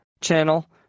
channel